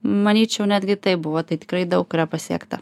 manyčiau netgi taip buvo tai tikrai daug yra pasiekta